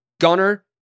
Gunner